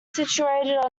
situated